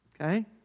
okay